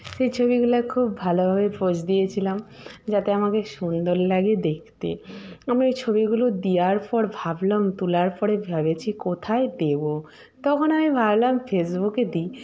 সেই ছবিগুলো খুব ভালোভাবে পোজ দিয়েছিলাম যাতে আমাকে সুন্দর লাগে দেখতে আমি ওই ছবিগুলো দেওয়ার পর ভাবলাম তোলার পরে ভাবছি কোথায় দেবো তখন আমি ভাবলাম ফেসবুকে দিই